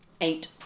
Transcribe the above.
Eight